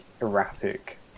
erratic